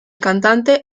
cantante